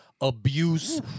abuse